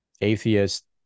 atheist